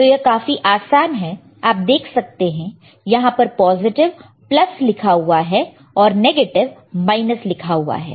तो यह काफी आसान है आप देख सकते हैं यहां पर पॉजिटिव प्लस लिखा हुआ है और नेगेटिव माइनस लिखा हुआ है